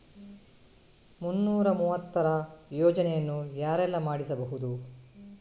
ಮುನ್ನೂರ ಮೂವತ್ತರ ಯೋಜನೆಯನ್ನು ಯಾರೆಲ್ಲ ಮಾಡಿಸಬಹುದು?